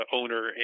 owner